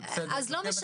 היא לא אבל בסדר.